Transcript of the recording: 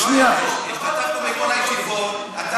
השתתפנו בכל הישיבות.